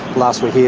last we hear,